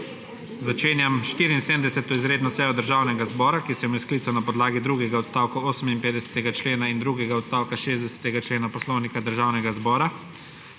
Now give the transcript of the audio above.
Začenjam 74. izredno sejo Državnega zbora, ki sem jo sklical na podlagi drugega odstavka 58. člena in drugega odstavka 60. člena Poslovnika Državnega zbora.